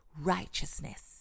righteousness